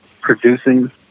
producing